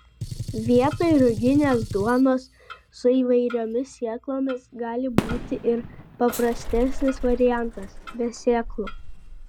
vietoj ruginės duonos su įvairiomis sėklomis gali būti ir paprastesnis variantas be sėklų